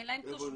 אין להם תושבות.